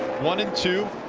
one and two.